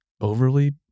overly